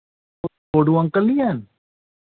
Khuhro uncle निं हैन